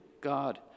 God